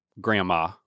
grandma